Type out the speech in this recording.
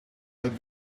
but